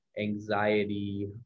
anxiety